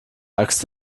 axt